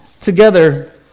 together